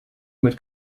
mit